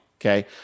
okay